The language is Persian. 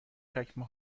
چکمه